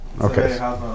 Okay